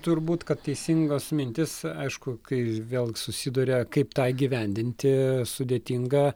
turbūt kad teisingos mintys aišku kai vėl susiduria kaip tą įgyvendinti sudėtinga